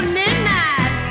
midnight